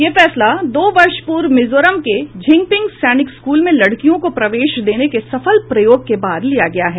यह फैसला दो वर्ष पूर्व मिजोरम के छिंगछिप सैनिक स्कूल में लड़कियों को प्रवेश देने के सफल प्रयोग के बाद लिया गया है